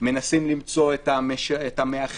מנסים למצוא את המאחד.